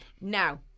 Now